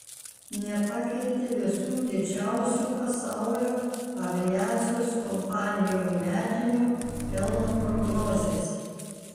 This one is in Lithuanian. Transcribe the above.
nepakeitė visų didžiausių pasaulio aviacijos kompanijų metinio pelno prognozės